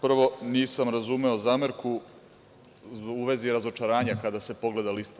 Prvo, nisam razumeo zamerku u vezi razočaranja kada se pogleda lista.